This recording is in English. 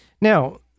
Now